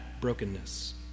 brokenness